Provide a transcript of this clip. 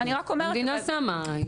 המדינה שמה?